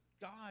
God